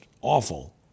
awful